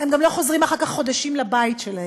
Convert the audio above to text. הם גם לא חוזרים אחר כך חודשים לבית שלהם.